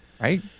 Right